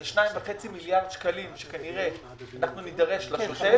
זה 2.5 מיליארד שקלים שכנראה אנחנו נידרש לשוטף,